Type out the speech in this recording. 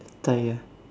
Tyre